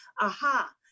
aha